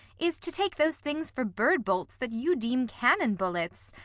is to take those things for bird-bolts that you deem cannon bullets.